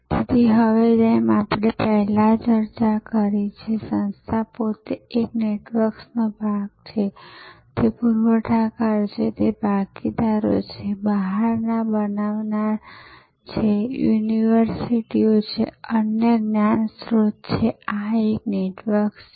તેથી હવે જેમ આપણે પહેલાં ચર્ચા કરી છે સંસ્થા પોતે એક નેટવર્કનો ભાગ છે તે પુરવઠાકાર છે તે ભાગીદારો છે બહારના બનાવનાર છે યુનિવર્સિટીઓ છે અન્ય જ્ઞાન સ્ત્રોત છે આ એક નેટવર્ક છે